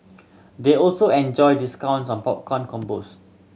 they also enjoy discounts on popcorn combos